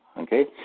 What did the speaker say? Okay